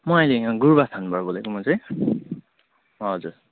म अहिले यहाँ गुोरुबथानबाट बोलेको म चाहिँ हजुर